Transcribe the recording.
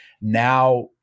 Now